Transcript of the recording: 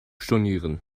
stornieren